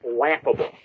laughable